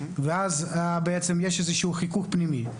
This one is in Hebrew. יש איזה שהוא חיכוך פנימי,